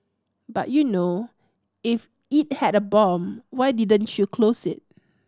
but you know if it had a bomb why didn't you close it